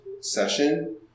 session